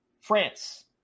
France